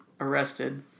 Arrested